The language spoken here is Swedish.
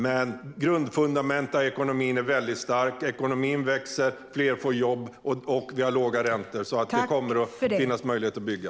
Men grundfundamentet i ekonomin är mycket starkt. Ekonomin växer, fler får jobb och vi har låga räntor. Det kommer därför att finnas möjligheter att bygga.